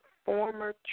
Former